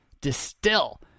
distill